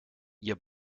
ihr